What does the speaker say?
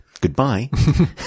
goodbye